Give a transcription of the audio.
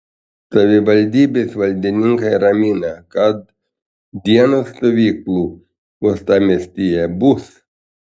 savivaldybės valdininkai ramina kad dienos stovyklų uostamiestyje bus